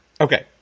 Okay